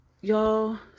y'all